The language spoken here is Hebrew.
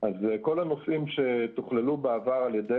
אז כל הנושאים שתוכללו בעבר על ידי